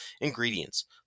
Ingredients